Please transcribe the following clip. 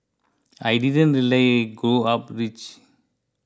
I didn't really grow up rich